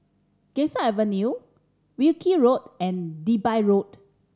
Ganges Avenue Wilkie Road and Digby Road